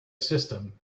system